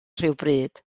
rhywbryd